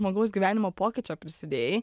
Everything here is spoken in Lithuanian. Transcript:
žmogaus gyvenimo pokyčio prisidėjai